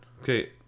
Okay